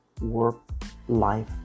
work-life